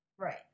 Right